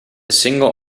single